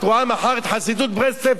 את רואה מחר את חסידות ברסלב,